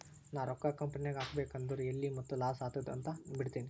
ನಾ ರೊಕ್ಕಾ ಕಂಪನಿನಾಗ್ ಹಾಕಬೇಕ್ ಅಂದುರ್ ಎಲ್ಲಿ ಮತ್ತ್ ಲಾಸ್ ಆತ್ತುದ್ ಅಂತ್ ಬಿಡ್ತೀನಿ